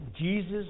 Jesus